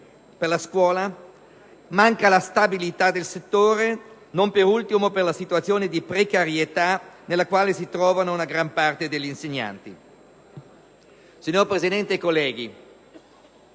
Signor Presidente, colleghi,